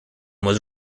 was